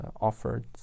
offered